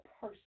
person